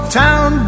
town